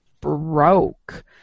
broke